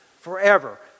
forever